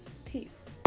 peace.